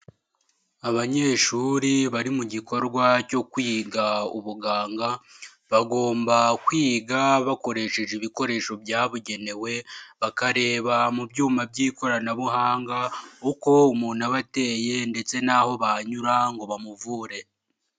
Abanyeshuri bari mu gikorwa cyo kwiga ubuganga, bagomba kwiga bakoresheje ibikoresho byabugenewe bakareba mu byuma by'ikoranabuhanga uko umuntu aba ateye ndetse n'aho banyura ngo bamuvure.